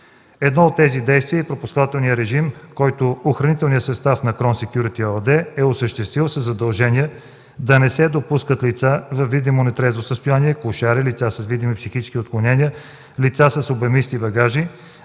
Едно от тези действия е пропускателният режим, който охранителният състав на „Крон Секюрити” ЕООД е осъществил със задължение да не се допускат лица във видимо нетрезво състояние, клошари, лица с видими психически отклонения, лица с обемисти багажи;